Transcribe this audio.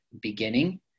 beginning